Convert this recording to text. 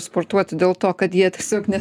sportuoti dėl to kad jie tiesiog ne